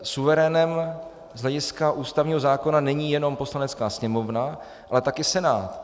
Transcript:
Suverénem z hlediska ústavního zákona není jenom Poslanecká sněmovna, ale taky Senát.